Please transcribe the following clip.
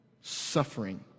suffering